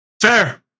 Fair